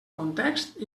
context